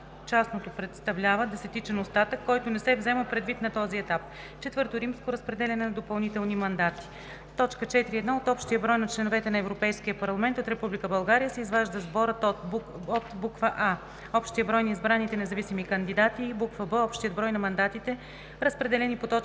частното представлява десетичен остатък, който не се взема предвид на този етап. IV. Разпределяне на допълнителни мандати 4.1. От общия брой на членовете на Европейския парламент от Република България се изважда сборът от: а) общия брой на избраните независими кандидати и б) общият брой на мандатите, разпределени по т.